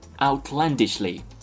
outlandishly